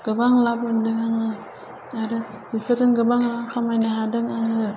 गोबां लाभ मोन्दों आङो आरो बेफोरजों गोबां रां खामायनो हादों आङो